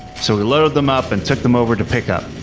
so we loaded them up and took them over to pick up.